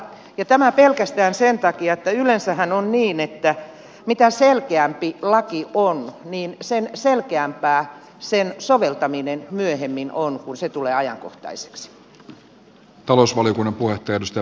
ja tämä pelkästään sen takia että yleensähän on niin että mitä selkeämpi laki on niin sen selkeämpää sen soveltaminen myöhemmin on kun se tulee ajankohtaiseksi